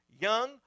young